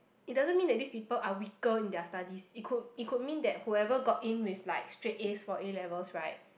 it doesn't mean that this people are weaker in their studies it could it could mean that whoever got in with like straight As for A-levels right